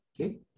Okay